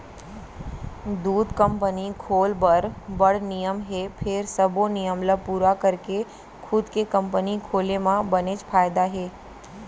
दूद कंपनी खोल बर बड़ नियम हे फेर सबो नियम ल पूरा करके खुद के कंपनी खोले म बनेच फायदा हे